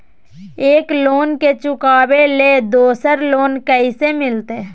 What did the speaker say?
एक लोन के चुकाबे ले दोसर लोन कैसे मिलते?